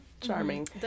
Charming